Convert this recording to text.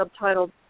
subtitled